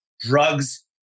drugs